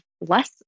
less